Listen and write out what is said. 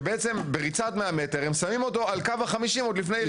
בעצם בריצת 100 מטר הם שמים אותו על קו ה-50 עוד לפני יריית הפתיחה.